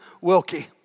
Wilkie